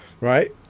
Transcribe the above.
right